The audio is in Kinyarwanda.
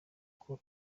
uko